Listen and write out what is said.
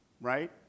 right